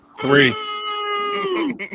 Three